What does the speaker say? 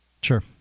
Sure